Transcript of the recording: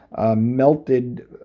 melted